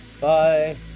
bye